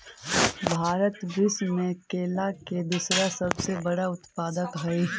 भारत विश्व में केला के दूसरा सबसे बड़ा उत्पादक हई